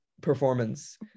performance